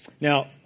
Now